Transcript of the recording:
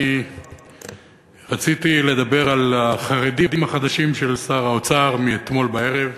אני רציתי לדבר על החרדים החדשים של שר האוצר מאתמול בערב,